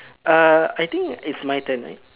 uh I think it's mine turn right